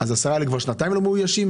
אז ה-10 כבר שנתיים לא מאוישים?